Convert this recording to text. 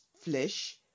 flesh